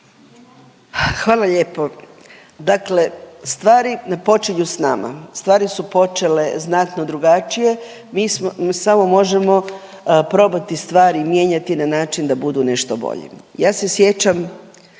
Hvala lijepo. Dakle, stvari ne počinju sa nama, stvari su počele znatno drugačije. Mi samo možemo probati stvari mijenjati na način da budu nešto bolje. Ja se sjećam